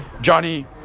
Johnny